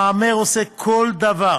המהמר עושה כל דבר,